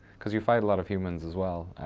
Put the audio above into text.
cause you fight a lot of humans, as well.